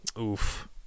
Oof